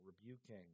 rebuking